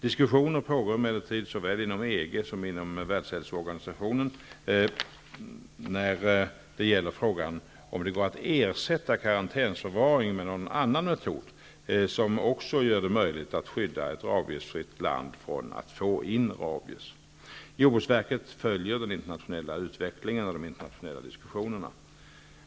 Diskussioner pågår emellertid såväl inom EG som inom WHO när det gäller frågan om det går att ersätta karantänsförvaring med någon annan metod som också gör det möjligt att skydda ett rabiesfritt land från att få in rabies. Jordbruksverket följer den internationella utvecklingen och de internationella diskussionerna.